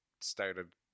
started